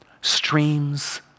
streams